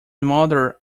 mother